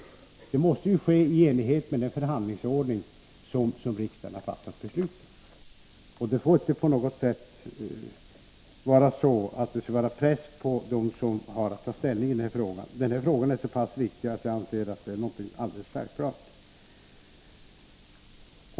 Det måste ju ske i enlighet med den förhandlingsordning som riksdagen har fattat beslut om, och det får inte gå till så att det vilar någon press på dem som har att ta ställning i denna fråga. Den här frågan är så viktig att jag anser detta vara alldeles självklart.